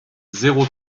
zéro